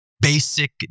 basic